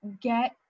get